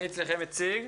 בבקשה,